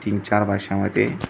तीन चार भाषांमध्ये